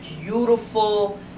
beautiful